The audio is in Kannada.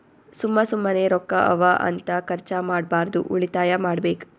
ಸುಮ್ಮ ಸುಮ್ಮನೆ ರೊಕ್ಕಾ ಅವಾ ಅಂತ ಖರ್ಚ ಮಾಡ್ಬಾರ್ದು ಉಳಿತಾಯ ಮಾಡ್ಬೇಕ್